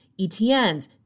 ETNs